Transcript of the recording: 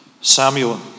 Samuel